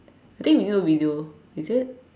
think we do a video is it